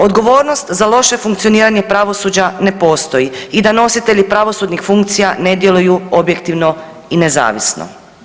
Odgovornost za loše funkcioniranje pravosuđa ne postoji i da nositelji pravosudnih funkcija ne djeluju objektivno nezavisno.